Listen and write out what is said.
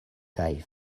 kaj